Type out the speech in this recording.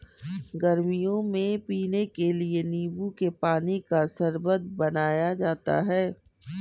गर्मियों में पीने के लिए नींबू के पानी का शरबत बनाया जाता है